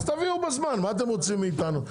אז תביאו בזמן, מה אתם רוצים מאתנו?